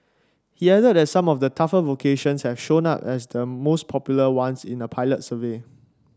he added that some of the tougher vocations has shown up as the most popular ones in a pilot survey